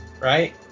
right